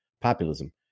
populism